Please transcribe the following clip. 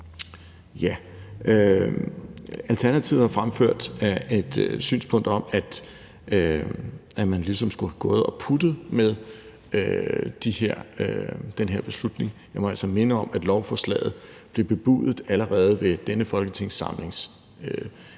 Alternativet har fremført et synspunkt om, at man ligesom skulle have gået og puttet med den her beslutning. Jeg må altså minde om, at lovforslaget blev bebudet allerede ved denne folketingssamlings